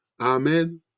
Amen